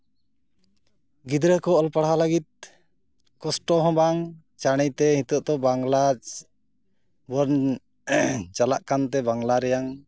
ᱜᱤᱫᱽᱨᱟᱹ ᱠᱚ ᱚᱞ ᱯᱟᱲᱦᱟᱣ ᱞᱟᱹᱜᱤᱫ ᱠᱚᱥᱴᱚ ᱦᱚᱸ ᱵᱟᱝ ᱪᱟᱬᱮᱛᱮ ᱱᱤᱛᱳᱜ ᱫᱚ ᱵᱟᱝᱞᱟ ᱵᱚᱱ ᱪᱟᱞᱟᱜ ᱠᱟᱱᱛᱮ ᱵᱟᱝᱞᱟ ᱨᱮᱭᱟᱝ